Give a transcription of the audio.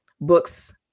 books